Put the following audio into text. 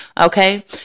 Okay